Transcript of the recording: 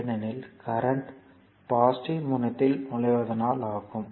ஏனெனில் current positive முனையத்தில் நுழைவதனால் ஆகும்